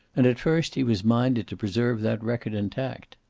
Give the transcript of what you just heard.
and, at first, he was minded to preserve that record intact.